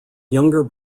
younger